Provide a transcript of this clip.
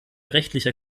rechtlicher